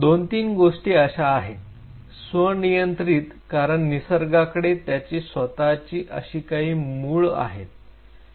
दोन तीन गोष्टी अशा आहेत स्वनियंत्रित कारण निसर्गाकडे त्याची स्वतःची अशी काही मुळ आहेत